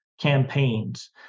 campaigns